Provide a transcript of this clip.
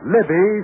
Libby